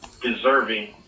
deserving